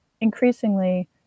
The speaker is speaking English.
increasingly